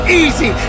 easy